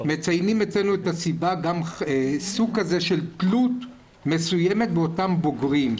מציינים אצלנו את הסיבה גם בסוג כזה של תלות מסוימת באותם בוגרים.